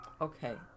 Okay